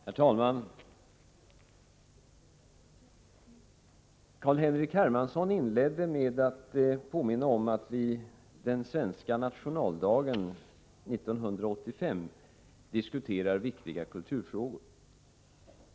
Herr talman! Carl-Henrik Hermansson inledde med att påminna om att vi den svenska nationaldagen 1985 diskuterar viktiga kulturfrågor.